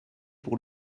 pour